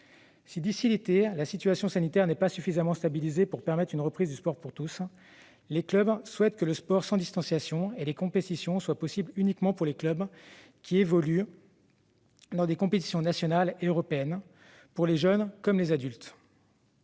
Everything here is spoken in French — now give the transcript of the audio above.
si d'ici à l'été la situation sanitaire n'est pas suffisamment stabilisée pour permettre une reprise du sport pour tous, les clubs souhaitent que le sport sans distanciation et les compétitions soient possibles uniquement pour ceux d'entre eux qui évoluent dans des compétitions nationales et européennes, pour les jeunes comme pour les adultes.